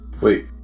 Wait